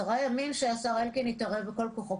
10 ימים שהשר אלקין יתערב בכל כוחו.